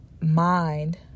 mind